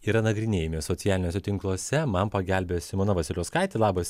yra nagrinėjami socialiniuose tinkluose man pagelbėjo simona vasiliauskaitė labas